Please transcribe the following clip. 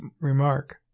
remark